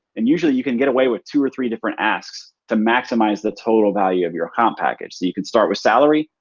and usually you can get away with two or three different asks to maximize the total value of your um package. so you can start with salary.